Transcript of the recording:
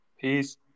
Peace